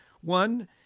One